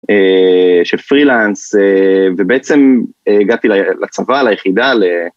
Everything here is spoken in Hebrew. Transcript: של פרילנס, ובעצם הגעתי לצבא ליחידה.